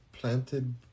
Planted